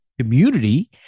community